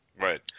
Right